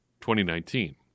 2019